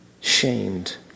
shamed